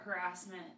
harassment